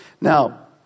Now